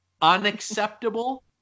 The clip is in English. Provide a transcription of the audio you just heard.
Unacceptable